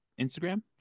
Instagram